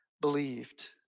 believed